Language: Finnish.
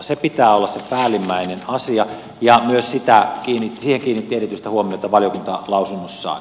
sen pitää olla se päällimmäinen asia ja myös siihen kiinnitti erityistä huomiota valiokunta lausunnossaan